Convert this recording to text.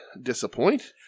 disappoint